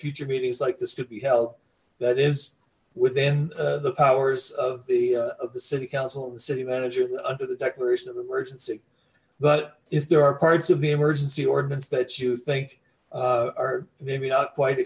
future meetings like this could be held that is within the powers of the of the city council and the city manager under the declaration of emergency but if there are parts of the emergency ordinance that you think are maybe not quite